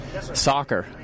Soccer